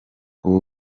ubu